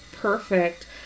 perfect